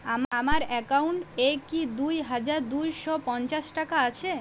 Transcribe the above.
আমার অ্যাকাউন্ট এ কি দুই হাজার দুই শ পঞ্চাশ টাকা আছে?